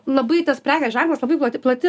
labai tas prekės ženklas labai plati plati